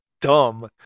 dumb